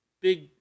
big